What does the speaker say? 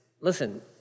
listen